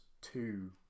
two